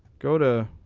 go to.